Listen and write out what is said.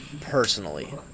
personally